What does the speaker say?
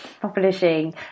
publishing